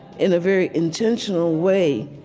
in a very intentional way,